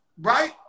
right